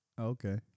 Okay